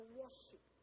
worship